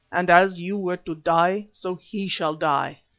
and as you were to die, so he shall die.